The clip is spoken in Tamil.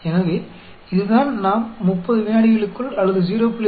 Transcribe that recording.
எனவே இதுதான் நாம் 30 விநாடிகளுக்குள் அல்லது 0